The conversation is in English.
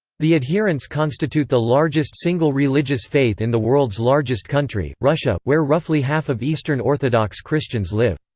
the adherents constitute the largest single religious faith in the world's largest country russia, where roughly half of eastern orthodox christians live.